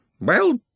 Well